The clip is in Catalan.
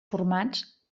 formats